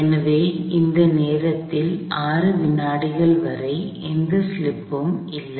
எனவே இந்த நேரத்தில் 6 வினாடிகள் வரை எந்த ஸலிப்புமும் இல்லை